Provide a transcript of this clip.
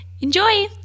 Enjoy